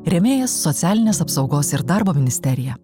rėmėjas socialinės apsaugos ir darbo ministerija